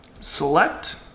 select